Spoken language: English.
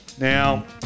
Now